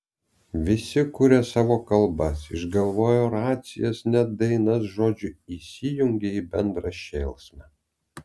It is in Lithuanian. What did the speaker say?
visi kuria savo kalbas išgalvoję oracijas net dainas žodžiu įsijungia į bendrą šėlsmą